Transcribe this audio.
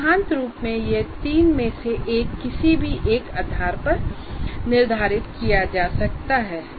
सिद्धांत रूप में यह 3 में से किसी भी एक के आधार पर निर्धारित किया जा सकता है